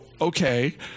okay